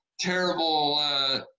terrible